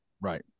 Right